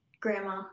Grandma